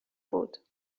بود